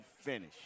finish